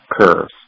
curves